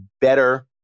better